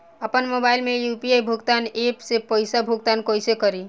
आपन मोबाइल से यू.पी.आई भुगतान ऐपसे पईसा भुगतान कइसे करि?